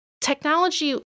Technology